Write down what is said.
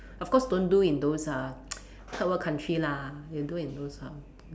of course don't do in those uh third world country lah you do in those um